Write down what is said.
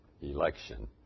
election